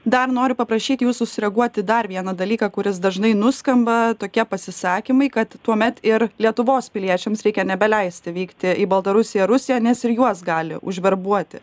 dar noriu paprašyti jūsų sureaguot į dar vieną dalyką kuris dažnai nuskamba tokie pasisakymai kad tuomet ir lietuvos piliečiams reikia nebeleisti vykti į baltarusiją rusiją nes ir juos gali užverbuoti